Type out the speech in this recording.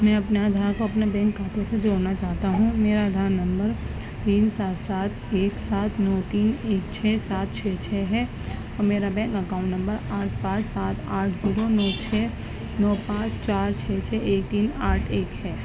میں اپنے آدھار کو اپنے بینک کھاتے سے جوڑنا چاہتا ہوں میرا آدھار نمبر تین سات سات ایک سات نو تین ایک چھ سات چھ چھ ہے اور میرا بینک اکاؤنٹ نمبر آٹھ پانچ سات آٹھ زیرو نو چھ نو پانچ چار چھ چھ ایک تین آٹھ ایک ہے